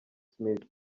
smith